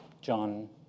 John